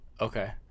Okay